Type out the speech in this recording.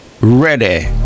Ready